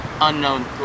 unknown